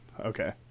okay